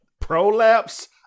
Prolapse